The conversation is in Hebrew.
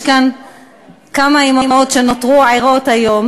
יש כאן כמה אימהות שנותרו ערות היום,